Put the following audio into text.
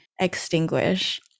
extinguish